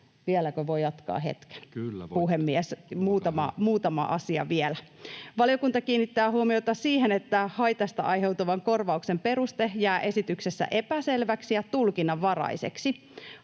Kyllä voi!] Puhemies! Muutama asia vielä: Valiokunta kiinnittää huomiota siihen, että haitasta aiheutuvan korvauksen peruste jää esityksessä epäselväksi ja tulkinnanvaraiseksi.